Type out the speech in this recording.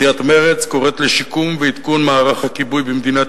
סיעת מרצ קוראת לשיקום ועדכון של מערך הכיבוי במדינת